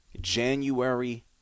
january